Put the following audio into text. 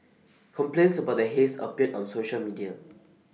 complaints about the haze appeared on social media